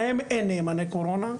להם אין נאמני קורונה,